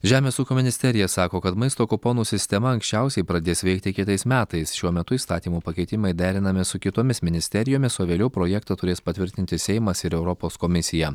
žemės ūkio ministerija sako kad maisto kuponų sistema anksčiausiai pradės veikti kitais metais šiuo metu įstatymo pakeitimai derinami su kitomis ministerijomis o vėliau projektą turės patvirtinti seimas ir europos komisija